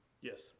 Yes